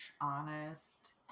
honest